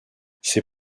ces